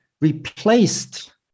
replaced